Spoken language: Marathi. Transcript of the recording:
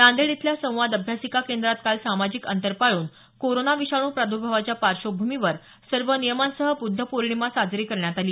नांदेड इथल्या संवाद अभ्यासिका केंद्रात काल सामाजिक अंतर पाळून कोरोना विषाणू प्राद्र्भावाच्या पार्श्वभूमीवर सर्व नियमांसह बुद्ध पौर्णिमा साजरी करण्यात आली